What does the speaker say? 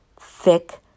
thick